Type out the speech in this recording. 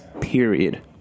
period